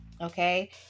okay